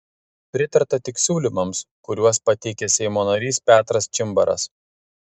pritarta tik siūlymams kuriuos pateikė seimo narys petras čimbaras